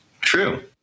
True